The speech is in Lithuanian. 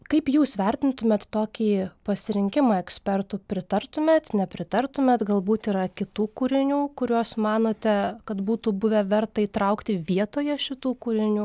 kaip jūs vertintumėt tokį pasirinkimą ekspertų pritartumėt nepritartumėt galbūt yra kitų kūrinių kuriuos manote kad būtų buvę verta įtraukti vietoje šitų kūrinių